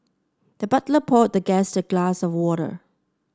the butler poured the guest a glass of water